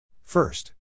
first